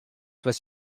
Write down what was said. was